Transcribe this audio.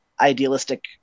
idealistic